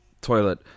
toilet